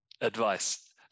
advice